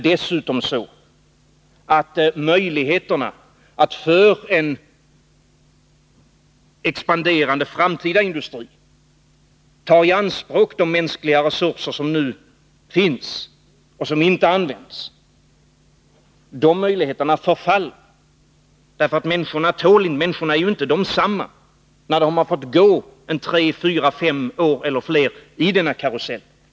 Dessutom förfaller möjligheterna för en expanderande framtida industri att ta i anspråk de mänskliga resurser som nu finns och som inte används. Människorna är ju inte desamma när de har fått gå tre, fyra, fem år eller fler i denna karusell.